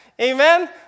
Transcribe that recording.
Amen